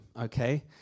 Okay